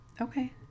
Okay